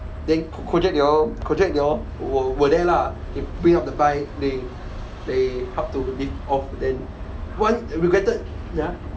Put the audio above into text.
they all they all were were there lah they bring up the bike they they help to lift off then one regretted ya